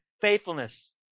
faithfulness